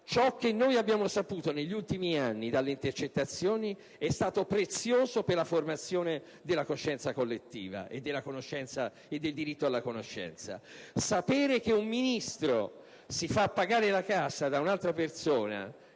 ciò che noi abbiamo saputo negli ultimi anni dalle intercettazioni è stato prezioso per la formazione della coscienza collettiva e della conoscenza e del diritto alla conoscenza. Sapere che un Ministro si fa pagare la casa da un'altra persona